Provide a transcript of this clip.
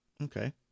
Okay